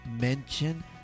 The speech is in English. mention